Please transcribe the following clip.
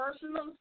personal